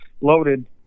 loaded